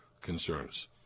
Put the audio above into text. concerns